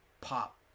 pop